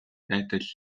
адил